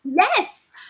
Yes